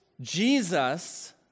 Jesus